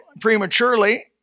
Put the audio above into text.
prematurely